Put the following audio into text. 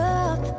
up